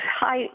Hi